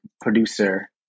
producer